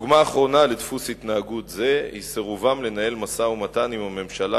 דוגמה אחרונה לדפוס התנהגות זה היא סירובם לנהל משא-ומתן עם הממשלה